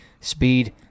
Speed